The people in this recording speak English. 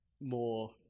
more